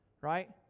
Right